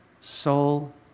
soul